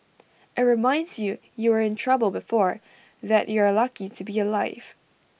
IT reminds you you were in trouble before that you're lucky to be alive